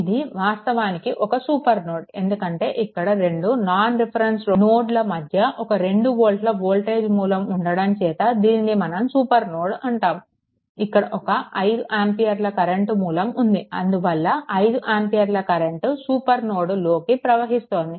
ఇది వాస్తవానికి ఒక సూపర్ నోడ్ ఎందుకంటే ఇక్కడ రెండు నాన్ రిఫరెన్స్ నోడ్ల మధ్య ఒక 2 వోల్ట్ల వోల్టేజ్ మూలం ఉండటం చేత దీనిని మన సూపర్ నోడ్ అంటాము ఇక్కడ ఒక 5 ఆంపియర్ల కరెంట్ మూలం ఉంది అందువల్ల 5 ఆంపియర్ల కరెంట్ సూపర్ నోడ్ లోకి ప్రవహిస్తుంది